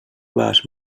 vas